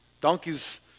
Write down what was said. Donkeys